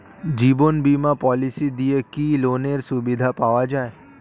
জীবন বীমা পলিসি দিয়ে কি লোনের সুবিধা পাওয়া যায়?